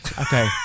Okay